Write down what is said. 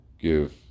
give